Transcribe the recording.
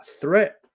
threat